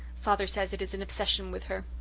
father says it is an obsession with her.